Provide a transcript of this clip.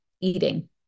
eating